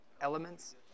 Elements